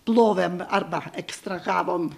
plovėm arba ekstrahavom